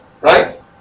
right